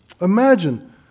Imagine